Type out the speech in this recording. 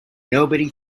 nobody